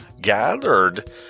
gathered